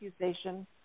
accusation